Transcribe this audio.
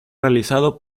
realizado